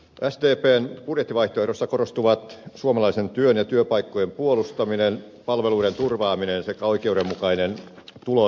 sdpn budjettivaihtoehdossa korostuvat suomalaisen työn ja työpaikkojen puolustaminen palveluiden turvaaminen sekä oikeudenmukainen tulonjako